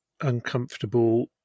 uncomfortable